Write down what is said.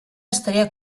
estaria